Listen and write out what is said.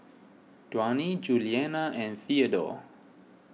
Duane Julianna and theadore